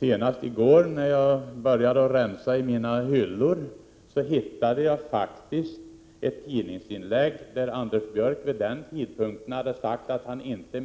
Senast i går, när jag började rensa i mina hyllor, hittade jag faktiskt en tidningsartikel från denna tidpunkt. Där uppgavs att Anders Björck hade sagt att han inte